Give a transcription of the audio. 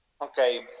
Okay